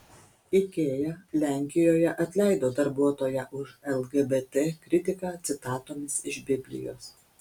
ikea lenkijoje atleido darbuotoją už lgbt kritiką citatomis iš biblijos